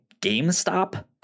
gamestop